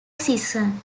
seasons